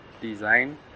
design